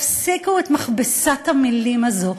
תפסיקו את מכבסת המילים הזאת.